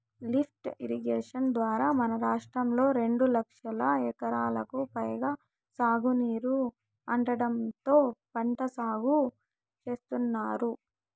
lift irrigation ద్వారా మన రాష్ట్రంలో రెండు లక్షల ఎకరాలకు పైగా సాగునీరు అందడంతో పంట సాగు చేత్తున్నారు